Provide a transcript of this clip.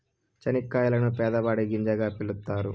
చనిక్కాయలను పేదవాడి గింజగా పిలుత్తారు